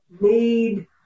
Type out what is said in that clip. need